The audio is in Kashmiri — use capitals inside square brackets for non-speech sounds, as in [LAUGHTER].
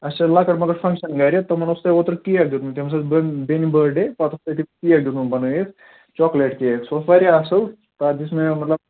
اَسہِ چھِ لۄکٕٹ مۄکٕٹ فنٛگَشَن گَرِ تِمَن اوس تۄہہِ اوترٕ کیک دیُتمُت تٔمِس ٲس بٔہ بیٚنہِ بٔرڈے پتہٕ اوس [UNINTELLIGIBLE] کیک دیُتمُت بنٲیِتھ چاکلیٹ کیک سُہ اوس وارِیاہ اصٕل تَتھ دِژ مےٚ مطلب